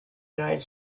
united